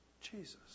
Jesus